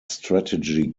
strategy